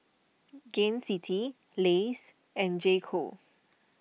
Gain City Lays and J Co